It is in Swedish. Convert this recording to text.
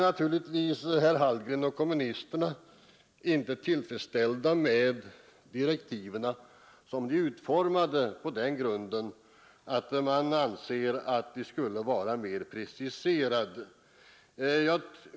Naturligtvis är herr Hallgren och kommunisterna i övrigt inte tillfredsställda med direktiven som de är utformade, på den grunden att man anser att de skulle vara mer preciserade.